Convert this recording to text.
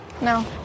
No